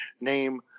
name